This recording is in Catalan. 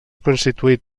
constituït